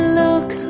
look